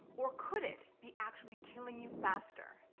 or could it be actually killing you faster?